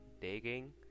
digging